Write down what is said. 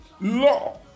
law